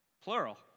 plural